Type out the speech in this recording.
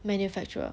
manufacturer